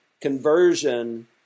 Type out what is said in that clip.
conversion